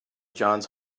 johns